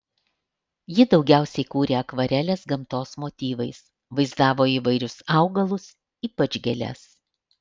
ji daugiausiai kūrė akvareles gamtos motyvais vaizdavo įvairius augalus ypač gėles